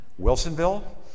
Wilsonville